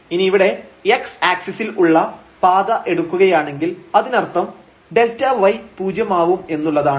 ഇനി ഇവിടെ x ആക്സിസിൽ ഉള്ള പാത എടുക്കുകയാണെങ്കിൽ അതിനർത്ഥം Δy പൂജ്യമാവും എന്നുള്ളതാണ്